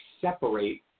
separate